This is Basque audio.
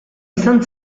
izan